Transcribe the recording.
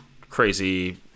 crazy